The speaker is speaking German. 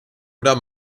oder